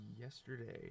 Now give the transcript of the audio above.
yesterday